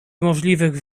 możliwych